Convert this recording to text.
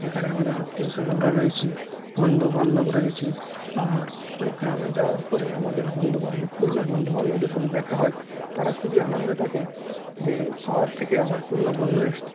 যেখানে আমাদের আত্মীয় স্বজনরা রয়েছে বন্ধু বান্ধব রয়েছে আর ওই গ্রামে যাওয়ার পরে আমাদের বন্ধু বান্ধব পুরনো বন্ধু বান্ধবদের সাথে দেখা হয় তারা খুবই আনন্দে থাকে যে শহর থেকে আমার পুরনো বন্ধু এসেছে